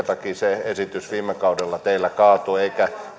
takia se esitys viime kaudella teillä kaatui eikä